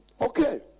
Okay